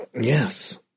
Yes